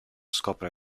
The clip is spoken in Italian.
scopre